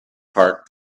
heart